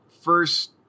first